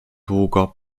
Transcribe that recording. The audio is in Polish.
długo